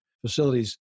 facilities